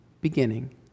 beginning